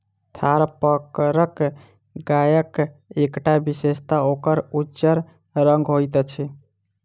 थारपारकर गायक एकटा विशेषता ओकर उज्जर रंग होइत अछि